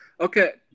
Okay